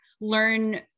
learn